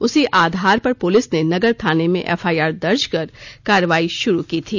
उसी आधार पर पुलिस ने नगर थाने में एफआईआर दर्ज कर कार्रवाई शुरू की थी